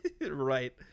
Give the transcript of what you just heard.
Right